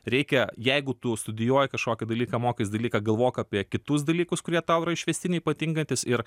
reikia jeigu tu studijuoji kažkokį dalyką mokais dalyką galvok apie kitus dalykus kurie tau yra išvestiniai patinkantys ir